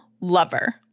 lover